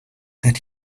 that